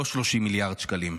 לא 30 מיליארד שקלים.